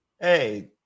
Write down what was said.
hey